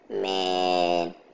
Man